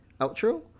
outro